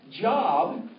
job